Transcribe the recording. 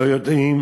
לא יודעים.